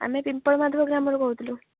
ଆମେ ପିମ୍ପଲ ମାଧବ ଗ୍ରାମରୁ କହୁଥିଲୁ